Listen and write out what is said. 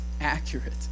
accurate